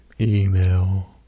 Email